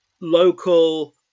local